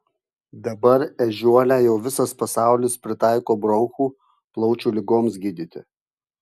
dabar ežiuolę jau visas pasaulis pritaiko bronchų plaučių ligoms gydyti